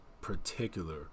particular